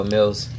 Mills